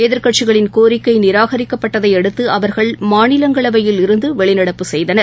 எதிர்கட்சிகளின் கோரிக்கைநிராகரிக்கப்பட்டதையடுத்துஅவர்கள் மாநிலங்களவையில் இருந்துவெளிநடப்பு செய்கனர்